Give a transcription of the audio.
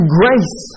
grace